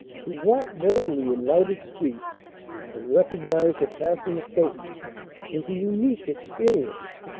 to walk boldly in lighted streets and recognise a passing acquaintance is a unique experience,